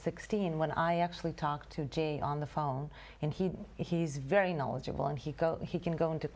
sixteen when i actually talked to g on the phone and he he's very knowledgeable and he goes he can go into